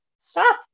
stop